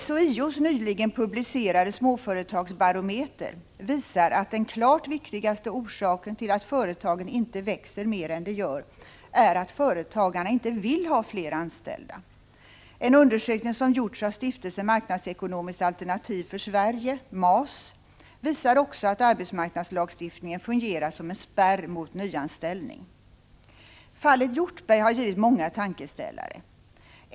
SHIO:s nyligen publicerade småföretagsbarometer visar att den klart viktigaste orsaken till att företagen inte växer mer än de gör är att företagarna inte vill ha fler anställda. En undersökning som gjorts av stiftelsen marknadsekonomiskt alternativ för Sverige, MAS, visar också att arbetsmarknadslagstiftningen fungerar som en spärr mot nyanställning. Fallet Hjortberg har givit många tankeställare.